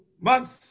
months